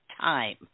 time